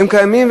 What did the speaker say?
הם קיימים,